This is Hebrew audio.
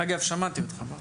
אגב, שמעתי אותך.